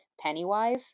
Pennywise